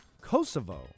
Kosovo